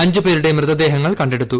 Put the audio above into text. അഞ്ചു പേരുടെ മൃതദേഹങ്ങൾ കണ്ടെടുത്തു